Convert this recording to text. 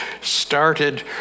started